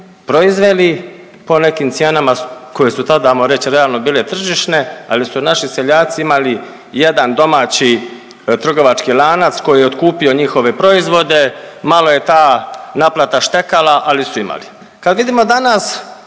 proizveli po nekim cijenama koje su tada hajmo reći realno bile tržišne, ali su naši seljaci imali jedan domaći trgovački lanac koji je otkupio njihove proizvode. Malo je ta naplata štekala, ali su imali. Kad vidimo danas